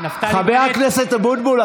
נגד חבר הכנסת אבוטבול,